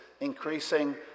increasing